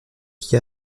qui